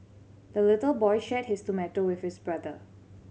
the little boy shared his tomato with his brother